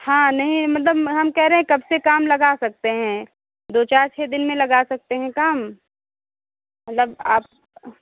हाँ नहीं मतलब हम कह रहे हैं कब से काम लगा सकते हैं दो चार छः दिन मे लगा सकते है काम मतलब आप